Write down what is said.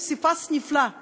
לא היה פשוט להתפשר על